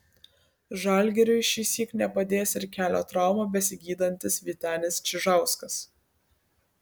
žalgiriui šįsyk nepadės ir kelio traumą besigydantis vytenis čižauskas